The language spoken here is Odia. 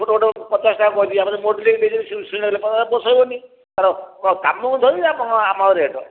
ଫଟୋ ଗୋଟେ ପଚାଶ ଟଙ୍କା କହିଲି ଆପଣ ମଡେଲିଂ ନେଲେ ପୋଷେଇବନି ତାର କ'ଣ କାମକୁୁ ଧରି ଆମ ରେଟ୍